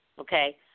okay